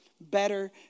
better